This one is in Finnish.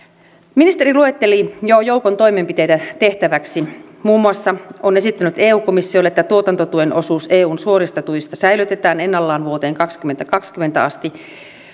ministeri luetteli jo joukon toimenpiteitä tehtäväksi muun muassa esittänyt eu komissiolle että tuotantotuen osuus eun suorista tuista säilytetään ennallaan vuoteen kaksituhattakaksikymmentä asti